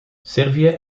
servië